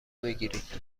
بگیرید